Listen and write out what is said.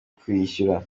kuyishyura